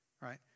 right